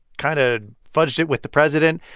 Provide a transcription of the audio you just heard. kind of fudged it with the president.